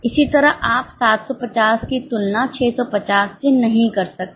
इसी तरह आप 750 की तुलना 650 से नहीं कर सकते